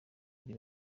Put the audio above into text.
bari